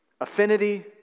Affinity